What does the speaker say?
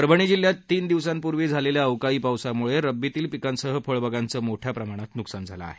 परभणी जिल्ह्यात तीन दिवसांपूर्वी झालेल्या अवकाळी पावसामुळे रब्बीतील पिकांसह फळबागांचं मोठ्या प्रमाणात नुकसान झालं आहे